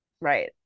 Right